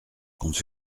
compte